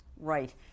Right